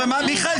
מי נמנע?